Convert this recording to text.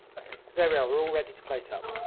ok so there we are, all ready to plate up.